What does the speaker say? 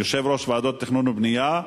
יושב-ראש ועדות התכנון ובנייה,